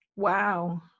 wow